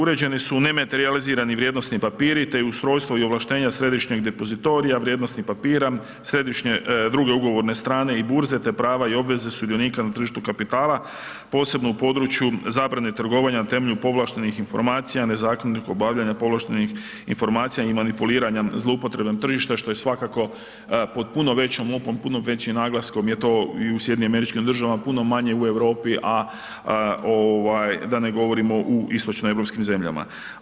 Uređeni su nematerijalizirani vrijednosni papiri te i ustrojstvo i ovlaštenja središnjeg depozitorija vrijednosnih papira, središnje druge ugovorne strane i burze te prava i obveze sudionika na tržištu kapitala, posebno u području zabrane trgovanja na temelju povlaštenih informacija, nezakonitog obavljanja povlaštenih informacija i manipuliranja zloupotrebom tržišta, što je svakako pod puno većom lupom, puno većim naglaskom je to i u SAD-u, puno manje u Europi, a da ne govorim o istočnoeuropskim zemljama.